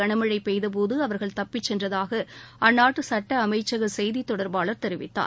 கனமழை பெய்தபோது அவர்கள் தப்பிச் சென்றதாக அந்நாட்டு சட்ட அமைச்சக செய்தித் தொடர்பாளர் தெரிவித்தார்